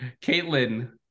Caitlin